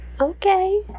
Okay